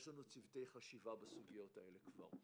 יש לנו צוותי חשיבה בסוגיות הללו כבר.